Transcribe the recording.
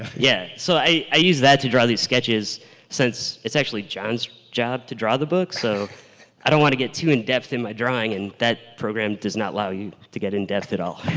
yeah, so i use that to draw these sketches since it's actually john's job to draw the book, so i don't want to get too in depth in my drawing and that program does not allow you to get in depth at all.